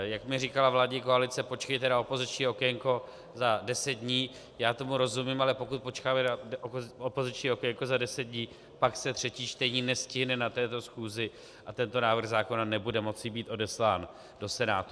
Jak mi říkala vládní koalice: počkejte na opoziční okénko za 10 dní já tomu rozumím, ale pokud počkáme na opoziční okénko za 10 dní, pak se třetí čtení nestihne na této schůzi a tento návrh zákona nebude moci být odeslán do Senátu.